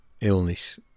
illness